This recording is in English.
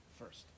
first